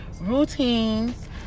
routines